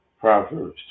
Proverbs